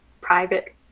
private